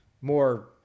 more